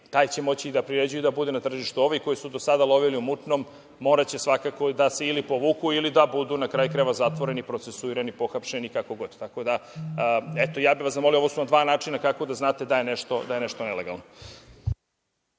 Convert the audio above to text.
taj će moći i da priređuje i da bude na tržištu. Ovi koji su do sada lovili u mutnom, moraće svakako da se povuku ili da budu na kraju krajeva zatvoreni, procesuirani, pohapšeni kako god. Tako da, ja bih vas zamolio, ovo su vam dva načina kako da znate da je nešto nelegalno.